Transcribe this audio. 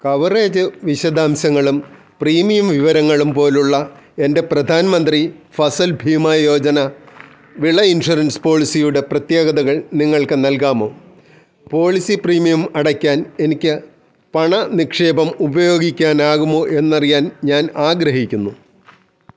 coverage വിശദാംശങ്ങളും premium വിവരങ്ങളും പോലുള്ള എൻ്റെ പ്രധാൻ മന്ത്രി ഫസൽ ഭീമ യോജന വിള ഇൻഷുറൻസ് പോളിസിയുടെ പ്രത്യേകതകൾ നിങ്ങൾക്ക് നൽകാമോ പോളിസി പ്രീമിയം അടയ്ക്കാൻ എനിക്ക് പണ നിക്ഷേപം ഉപയോഗിക്കാനാകുമോ എന്നറിയാൻ ഞാൻ ആഗ്രഹിക്കുന്നു